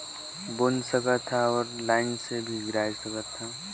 मक्का ला लगाय बर कोने कोने उपकरण होथे ग?